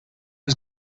was